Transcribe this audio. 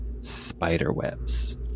spiderwebs